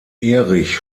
erich